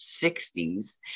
60s